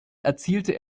erzielte